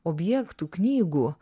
objektų knygų